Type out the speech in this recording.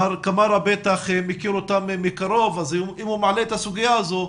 מר קמארה בטח מכיר אותם מקרוב אז אם הוא מעלה את הסוגיה הזו,